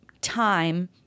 time